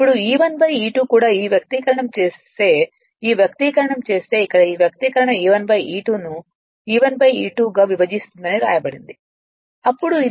ఇప్పుడు E1 E2 కూడా ఈ వ్యక్తీకరణ చేస్తే ఈ వ్యక్తీకరణ చేస్తే ఇక్కడ ఈ వ్యక్తీకరణ E1 E2 ను E1 E2 గా విభజిస్తుందని వ్రాయబడింది అప్పుడు ఇది ఇలా ఉంటుంది